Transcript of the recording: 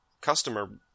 customer